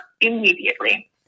immediately